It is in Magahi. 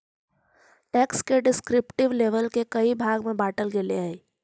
टैक्स के डिस्क्रिप्टिव लेबल के कई भाग में बांटल गेल हई